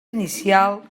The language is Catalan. inicial